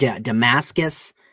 Damascus